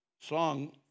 song